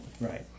right